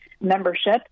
membership